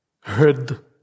heard